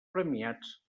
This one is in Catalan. premiats